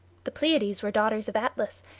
the pleiads were daughters of atlas,